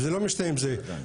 וזה לא משנה אם זה בקירור,